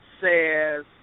says